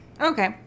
Okay